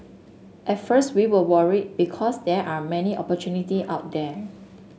at first we were worried because there are many opportunity out there